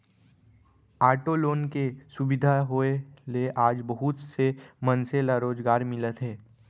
auto loan के सुबिधा होए ले आज बहुत से मनसे ल रोजगार मिलत हे